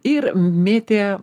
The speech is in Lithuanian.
ir mėtė